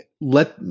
let